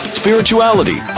spirituality